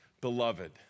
Beloved